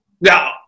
No